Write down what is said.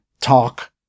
talk